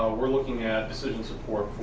ah we're looking at decisions for